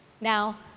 Now